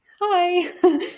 Hi